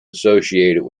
associated